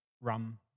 rum